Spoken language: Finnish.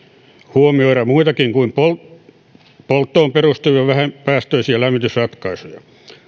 muitakin kuin polttoon perustuvia vähäpäästöisiä lämmitysratkaisuja